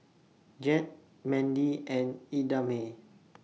Jett Mendy and Idamae